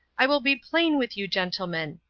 i will be plain with you gentlemen,